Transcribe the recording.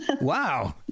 Wow